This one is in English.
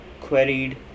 queried